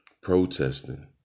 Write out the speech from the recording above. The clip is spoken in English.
protesting